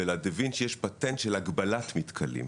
לדה וינצ'י יש פטנט של הגבלת מתכלים.